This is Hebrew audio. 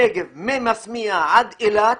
ממסמייה עד אילת,